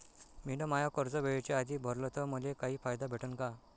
मिन माय कर्ज वेळेच्या आधी भरल तर मले काही फायदा भेटन का?